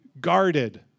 guarded